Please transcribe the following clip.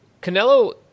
Canelo